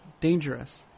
dangerous